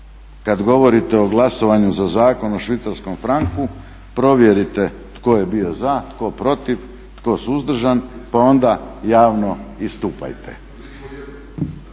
Kada govorite o glasovanju za zakon o švicarskom franku provjerite tko je bio za, tko protiv, tko suzdržan pa onda javno istupajte.